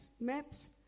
maps